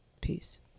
Peace